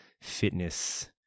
fitness